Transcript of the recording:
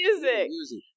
music